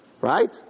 Right